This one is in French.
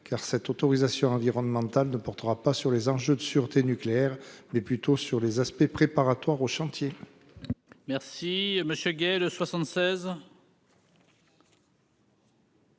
car cette autorisation portera non pas sur les enjeux de sûreté nucléaire, mais plutôt sur les aspects préparatoires du chantier.